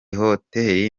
hoteli